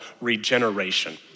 regeneration